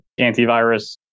antivirus